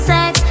Sex